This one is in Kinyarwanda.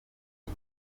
iki